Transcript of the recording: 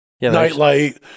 Nightlight